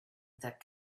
that